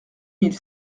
mille